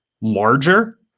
larger